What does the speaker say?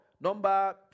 Number